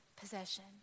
possession